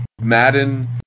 Madden